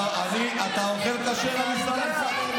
אתה שקרן.